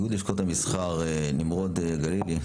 נמרוד הגלילי,